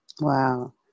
Wow